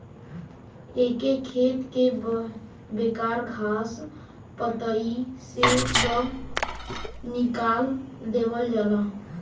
एके खेत के बेकार घास पतई से सभ निकाल देवल जाला